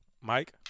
Mike